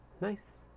Nice